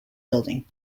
building